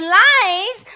lies